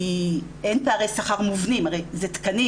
כי אין פערי שכר מובנים, הרי זה תקנים.